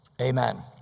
Amen